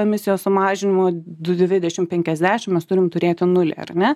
emisijos sumažinimodu dvidešimt penkiasdešimt mes turim turėti nulį ar ne